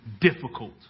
difficult